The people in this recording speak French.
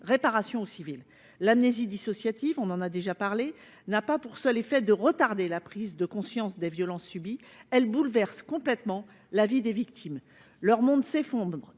réparation au civil. L’amnésie dissociative n’a pas pour seul effet de retarder la prise de conscience des violences subies : elle bouleverse complètement la vie des victimes. Leur monde s’effondre.